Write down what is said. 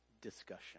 discussion